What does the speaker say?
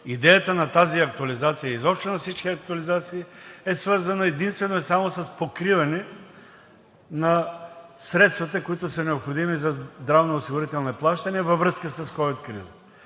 идеята на тази актуализация и изобщо на всички актуализации е свързана единствено и само с покриване на средствата, които са необходими за здравноосигурителни плащания във връзка с ковид кризата.